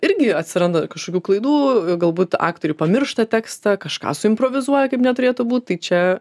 irgi atsiranda kažkokių klaidų galbūt aktoriai pamiršta tekstą kažką suimprovizuoja kaip neturėtų būt tai čia